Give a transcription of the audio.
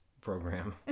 program